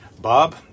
Bob